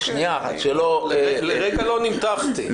לרגע לא נמתחתי.